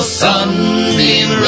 sunbeam